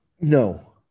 No